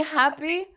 happy